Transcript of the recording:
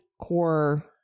core